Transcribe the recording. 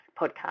podcast